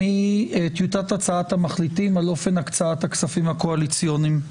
מטיוטת הצעת המחליטים על אופן הקצאת הכספים הקואליציוניים.